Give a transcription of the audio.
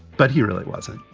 but he really wasn't